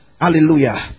Hallelujah